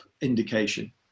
indication